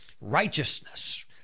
Righteousness